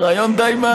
רעיון די מעניין.